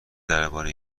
درباره